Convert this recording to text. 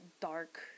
dark